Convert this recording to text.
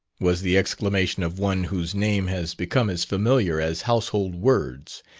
was the exclamation of one whose name has become as familiar as household words.